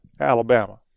Alabama